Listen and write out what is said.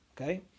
okay